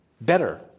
Better